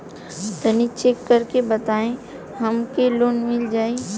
तनि चेक कर के बताई हम के लोन मिल जाई?